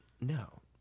no